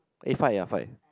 aye five ya five